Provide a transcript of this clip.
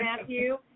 Matthew